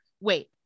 wait